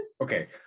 Okay